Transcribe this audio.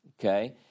okay